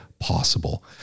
Possible